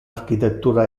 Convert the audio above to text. architettura